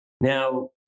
Now